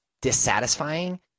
dissatisfying